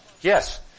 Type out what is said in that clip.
Yes